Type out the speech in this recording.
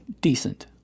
decent